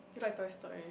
do you like Toy-Story